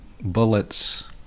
bullets